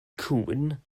cŵn